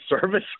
service